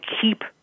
keep